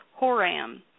Horam